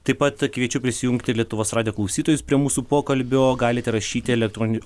taip pat kviečiu prisijungti lietuvos radijo klausytojus prie mūsų pokalbio galite rašyti elektroniniu